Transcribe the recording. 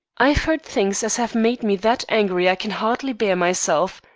i've heard things as have made me that angry i can hardly bear myself.